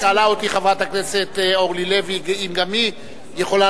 שאלה אותי חברת הכנסת אורלי לוי אם גם היא יכולה